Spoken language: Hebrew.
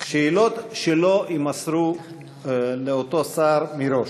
השאלות לא יימסרו לאותו שר מראש.